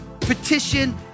petition